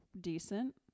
decent